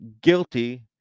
guilty